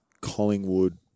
Collingwood